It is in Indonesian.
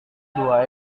dua